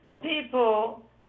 people